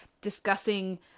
discussing